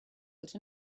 that